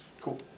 cool